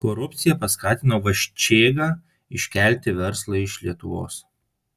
korupcija paskatino vaščėgą iškelti verslą iš lietuvos